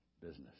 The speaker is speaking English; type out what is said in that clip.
business